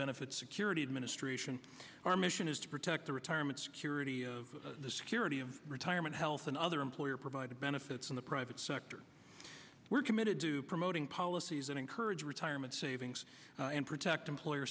benefits security administration our mission is to protect the retirement security of the security of retirement health and other employer provided benefits in the private sector we're committed to promoting policies that encourage retirement savings and protect employer